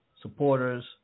supporters